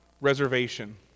Reservation